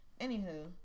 Anywho